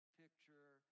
picture